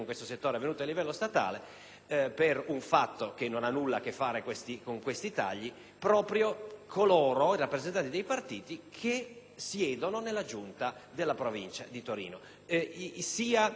per un fatto che non ha nulla a che fare con questi tagli, proprio i rappresentanti dei partiti che siedono nella Giunta della Provincia di Torino. Sia il presidente Berlusconi,